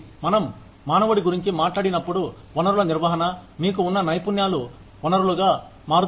మనం మానవుడి గురించి మాట్లాడినప్పుడు వనరుల నిర్వహణ మీకు ఉన్న నైపుణ్యాలు వనరులుగా మారతాయి